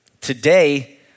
Today